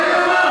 תן לי לומר.